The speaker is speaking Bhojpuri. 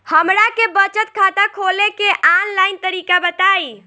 हमरा के बचत खाता खोले के आन लाइन तरीका बताईं?